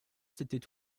s’était